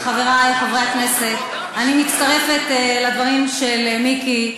חברי חברי הכנסת, אני מצטרפת לדברים של מיקי.